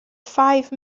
five